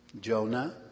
Jonah